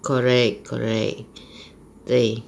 correct correct 对